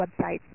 websites